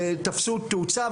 ותפסו תאוצה,